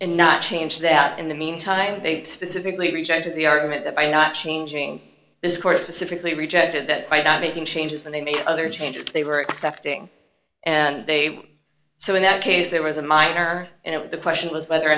and not change that in the meantime they specifically rejected the argument that by not changing this court specifically rejected that by not making changes when they made other changes they were expecting and they were so in that case there was a miner and it was the question was whether or